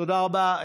תודה רבה.